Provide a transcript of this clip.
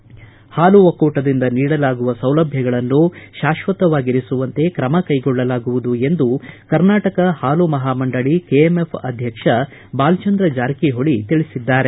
ರೈತರಿಗೆ ಸಹಾಯಧನ ಸೇರಿದಂತೆ ಪಾಲು ಒಕ್ಕೂಟದಿಂದ ನೀಡಲಾಗುವ ಸೌಲಭ್ಯಗಳನ್ನು ಶಾಶ್ವತವಾಗಿರಿಸುವಂತೆ ಕ್ರಮ ಕೈಗೊಳ್ಳಲಾಗುವುದು ಎಂದು ಕರ್ನಾಟಕ ಪಾಲು ಮಹಾ ಮಂಡಲಿ ಕೆಎಂಎಫ್ ಅಧ್ಯಕ್ಷ ಬಾಲಚಂದ್ರ ಜಾರಕಿಹೊಳಿ ತಿಳಿಸಿದ್ದಾರೆ